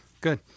good